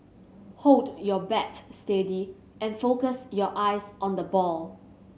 hold your bat steady and focus your eyes on the ball